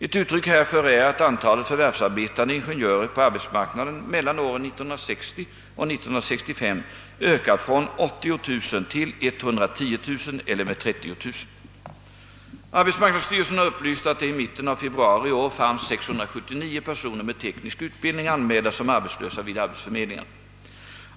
Ett uttryck härför är att antalet förvärvsarbetande ingenjörer på arbetsmarknaden mellan åren 1960 och 1965 ökat från 80 000 till 110 009 eller med 30 000. Arbetsmarknadsstyrelsen har upplyst att det i mitten av februari i år fanns 679 personer med teknisk utbildning anmälda som arbetslösa vid arbetsförmedlingarna.